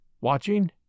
watching